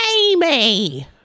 amy